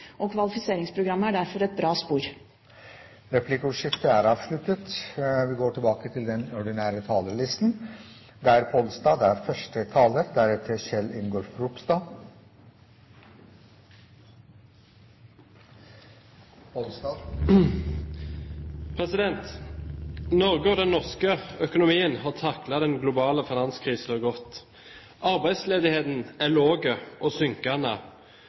inntekt. Kvalifiseringsprogrammet er derfor et bra spor. Replikkordskiftet er avsluttet. Norge og den norske økonomien har taklet den globale finanskrisen godt. Arbeidsledigheten er lav og synkende.